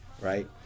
right